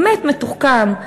באמת מתוחכם,